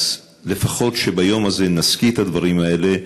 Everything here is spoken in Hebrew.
אז לפחות שביום הזה נזכיר את הדברים האלה ונתלכד,